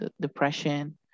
depression